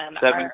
Seven